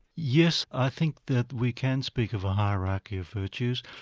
yes, i think that we can speak of a hierarchy of virtues.